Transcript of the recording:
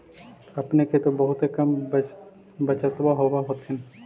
अपने के तो बहुते कम बचतबा होब होथिं?